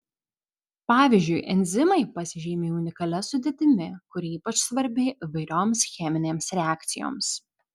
pavyzdžiui enzimai pasižymi unikalia sudėtimi kuri ypač svarbi įvairioms cheminėms reakcijoms